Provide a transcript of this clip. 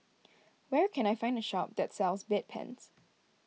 where can I find a shop that sells Bedpans